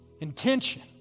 intention